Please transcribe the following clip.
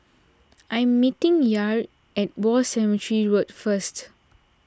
I am meeting Yair at War Cemetery Road first